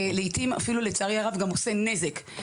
לעתים, לצערי הרב, זה אפילו עושה נזק.